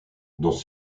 dans